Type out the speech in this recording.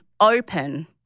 open